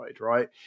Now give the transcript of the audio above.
right